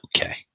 Okay